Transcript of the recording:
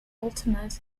ultimate